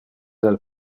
del